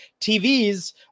TVs